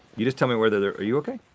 you just tell me whether they're are you okay?